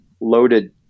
loaded